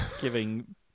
Giving